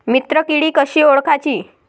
मित्र किडी कशी ओळखाची?